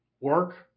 work